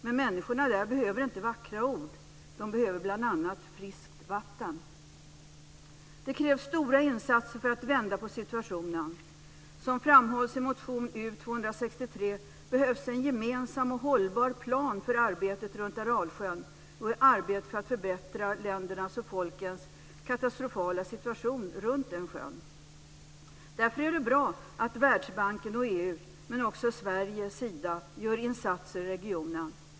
Men människorna där behöver inte vackra ord. De behöver bl.a. friskt vatten. Det krävs stora insatser för att vända på situationen. Som framhålls i motion U263 behövs det en gemensam och hållbar plan för arbetet runt Aralsjön och i arbetet för att förbättra ländernas och folkens katastrofala situation runt den sjön. Därför är det bra att Världsbanken och EU - men också Sverige, Sida - gör insatser i regionen.